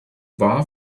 war